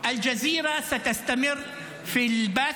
אל-ג'זירה תמשיך לשדר,